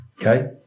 Okay